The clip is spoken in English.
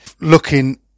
looking